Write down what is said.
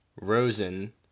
Rosen